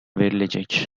verilecek